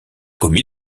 commis